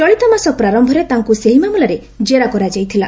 ଚଳିତ ମାସ ପ୍ରାରମ୍ଭରେ ତାଙ୍କୁ ସେହି ମାମଲାରେ ଜେରା କରାଯାଇଥିଲା